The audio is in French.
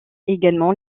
également